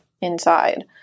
inside